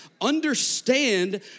understand